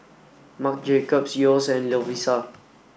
Marc Jacobs Yeo's and Lovisa